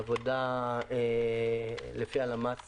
העבודה המעודכנת על פי הלמ"ס